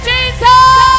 Jesus